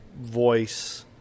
voice